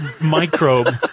microbe